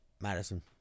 Madison